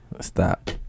Stop